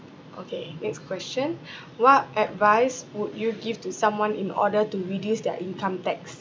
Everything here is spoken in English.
okay next question what advice would you give to someone in order to reduce their income tax